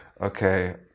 okay